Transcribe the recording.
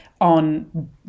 on